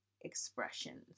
expressions